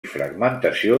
fragmentació